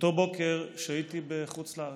באותו בוקר שהיתי בחוץ לארץ,